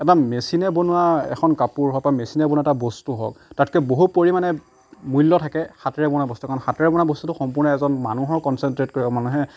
এটা মেচিনে বনোৱা এখন কাপোৰ হওক বা মেচিনে বনোৱা এটা বস্তু হওক তাতকৈ বহু পৰিমাণে মূল্য থাকে হাতেৰে বনোৱা বস্তুৰ কাৰণ হাতেৰে বনোৱা বস্তুটো সম্পূৰ্ণ এজন মানুহৰ কঞ্চেন্ত্ৰেট কৰিব মানুহে